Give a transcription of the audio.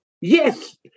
Yes